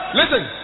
listen